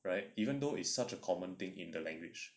right even though it is such a common thing in the language